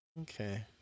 Okay